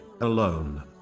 alone